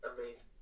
amazing